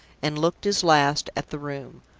and looked his last at the room.